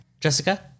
Jessica